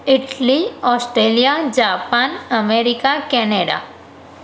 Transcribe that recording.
Italy Australia Japan America Canada